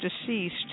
deceased